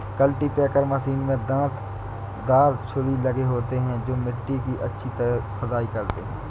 cultipacker machine में दांत दार छुरी लगे होते हैं जो मिट्टी की अच्छी खुदाई करते हैं